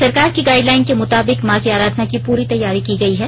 सरकार की गाइडलाइन के मुताबिक मां की आराधना की पूरी तैयारी की गई है